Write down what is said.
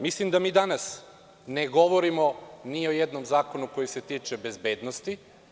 Mislim da danas ne govorimo ni o jednom zakonu koji se tiču bezbednosti.